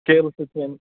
کیلہٕ چھِ کھیٚنۍ